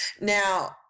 now